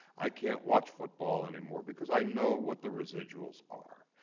i can't watch football anymore because i know what the residuals are.